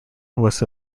was